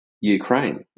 Ukraine